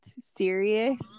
serious